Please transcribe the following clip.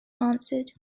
answered